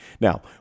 Now